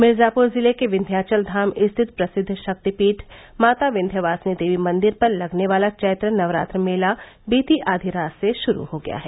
मिर्जापुर जिले के विन्ध्याचलधाम स्थित प्रसिद्ध शक्तिपीठ माता विन्ध्यवासिनी देवी मंदिर पर लगने वाला चैत्र नवरात्र मेला बीती आधी रात से शुरू हो गया है